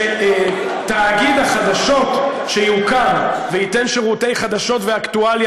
שתאגיד החדשות שיוקם וייתן שירותי חדשות ואקטואליה